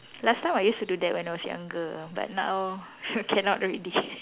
last time I used to do that when I was younger but now cannot already